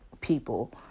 people